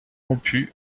rompues